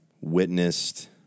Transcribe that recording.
witnessed